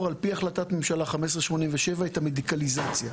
על-פי החלטת ממשלה 1587 את המדיקליזציה.